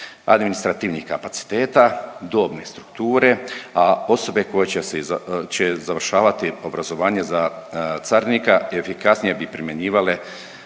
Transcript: administrativnih kapaciteta, dobne strukture, a osobe koje će se, će završavati obrazovanje za carinika efikasnije bi primjenjivale